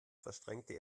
verschränkte